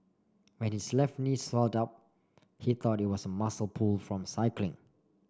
when his left knee swelled up he thought it was a muscle pull from cycling